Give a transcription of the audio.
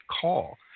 call